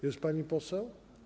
Jest pani poseł?